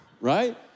right